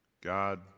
God